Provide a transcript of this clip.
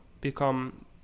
become